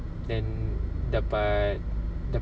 then dapat dapat